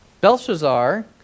Belshazzar